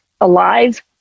alive